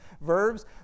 verbs